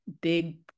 big